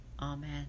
Amen